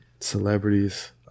Celebrities